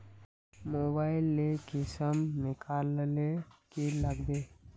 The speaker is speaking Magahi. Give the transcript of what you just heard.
मोबाईल लेर किसम निकलाले की लागबे?